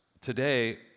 today